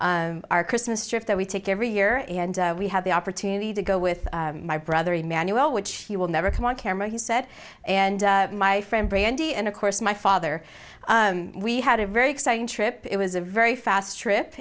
our christmas trip that we take every year and we had the opportunity to go with my brother emmanuel which he will never come on camera he said and my friend brandy and of course my father we had a very exciting trip it was a very fast trip